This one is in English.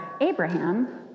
Abraham